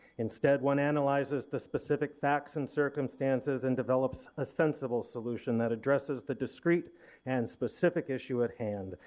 instead one analyzes the specific facts and circumstances and develops a sensible solution that addresses the discrete and specific issue at hand.